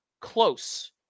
close